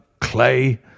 clay